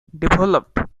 developed